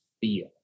feel